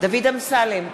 דוד אמסלם,